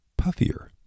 puffier